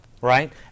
Right